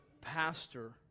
pastor